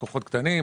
לקוחות קטנים,